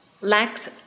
lacks